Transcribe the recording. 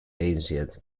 ancient